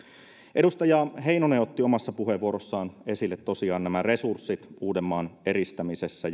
edustaja heinonen otti omassa puheenvuorossaan esille tosiaan nämä resurssit uudenmaan eristämisessä